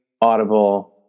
Audible